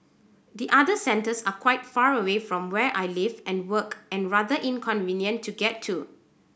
the other centres are quite far away from where I live and work and rather inconvenient to get to